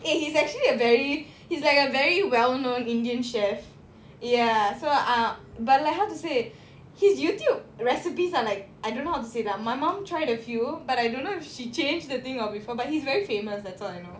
eh he's actually a very he's like a very well-known indian chef ya so ah but like how to say his YouTube recipes are like I don't know how to say lah my mom tried a few but I don't know if she change the thing or before but he's very famous that's why you know